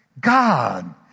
God